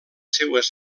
seues